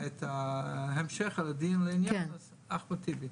כדי שיהיה המשך הדיון לעניין אז אחמד טיבי.